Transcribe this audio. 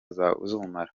z’ubumara